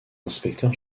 inspecteur